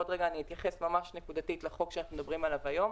ועוד רגע אני אתייחס ממש נקודתית לחוק שאנחנו מדברים עליו היום